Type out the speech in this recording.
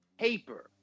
Paper